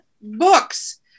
books